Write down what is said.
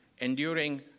Enduring